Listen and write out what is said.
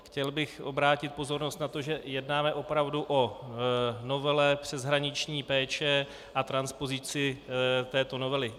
Chtěl bych obrátit pozornost na to, že jednáme opravdu o novele přeshraniční péče a transpozici této novely.